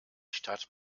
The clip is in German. stadt